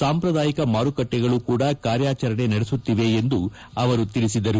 ಸಾಂಪ್ರದಾಯಿಕ ಮಾರುಕಟ್ಟೆಗಳೂ ಕೂಡ ಕಾರ್ಯಾಚರಣೆ ನಡೆಸುತ್ತಿವೆ ಎಂದು ಅವರು ಹೇಳಿದ್ದಾರೆ